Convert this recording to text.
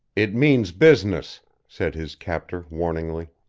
it means business said his captor warningly.